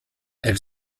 elle